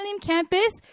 campus